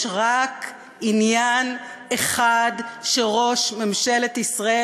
יש רק עניין אחד שראש ממשלת ישראל,